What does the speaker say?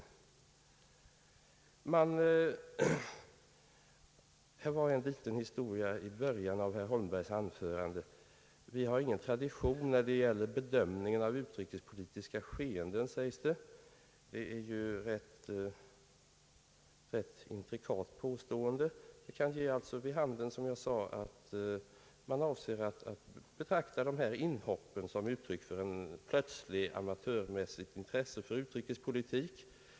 I början av herr Holmbergs anförande sades det, att vi inte har någon tradition när det gäller bedömningen av utrikespolitiska skeenden. Det är ett rätt intrikat påstående och kan, som jag sade, ge vid handen att man avser att betrakta dess inhopp som ett uttryck för ett plötsligt, amatörmässigt intresse för utrikespolitik.